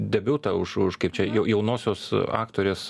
debiutą už už kaip čia jaunosios aktorės